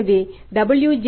எனவே W